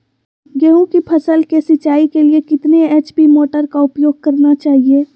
गेंहू की फसल के सिंचाई के लिए कितने एच.पी मोटर का उपयोग करना चाहिए?